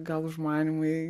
gal užmanymai